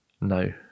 No